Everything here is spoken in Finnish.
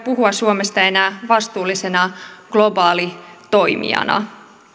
puhua suomesta enää vastuullisena globaalitoimijana